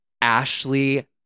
Ashley